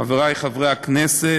חברי חברי הכנסת,